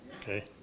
Okay